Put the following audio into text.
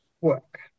work